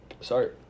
sorry